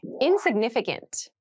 insignificant